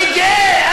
אני גאה שיעצתי לו.